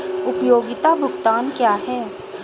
उपयोगिता भुगतान क्या हैं?